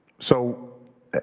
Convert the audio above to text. so